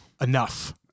Enough